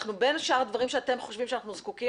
בין שאר הדברים שאתם חושבים שאנחנו זקוקים